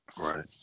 Right